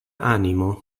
animo